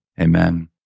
amen